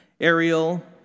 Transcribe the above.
Ariel